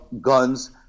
guns